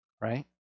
right